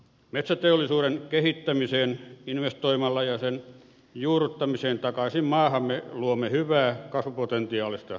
metsäteollisuuden kehittämiseen investoimalla ja sen juurruttamiseen takaisin maahamme luomme hyvää kasvupotentiaalia talouteemme